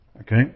Okay